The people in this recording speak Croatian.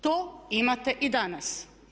To imate i danas.